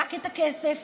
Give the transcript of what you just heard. רק את הכסף,